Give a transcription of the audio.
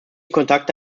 kontakte